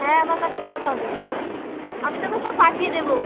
হ্যাঁ আমার কাছে নোট হবে আমি তোকে সব পাঠিয়ে দেবো